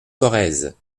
corrèze